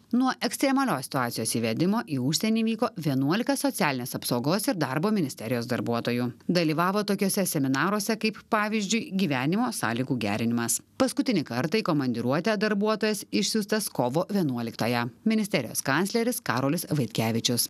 nuo ekstremalios situacijos įvedimo į užsienį vyko vienuolika socialinės apsaugos ir darbo ministerijos darbuotojų dalyvavo tokiuose seminaruose kaip pavyzdžiui gyvenimo sąlygų gerinimas paskutinį kartą į komandiruotę darbuotojas išsiųstas kovo vienuoliktąją ministerijos kancleris karolis vaitkevičius